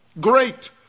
Great